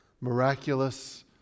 miraculous